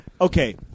okay